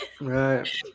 Right